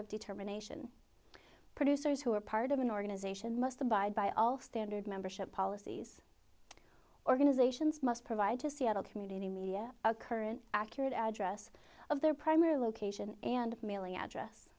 of determination producers who are part of an organization must abide by all standard membership policies organizations must provide to seattle community media current accurate address of their primary location and mailing address